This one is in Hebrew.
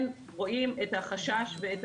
כן רואים את החשש ואת